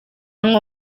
ngo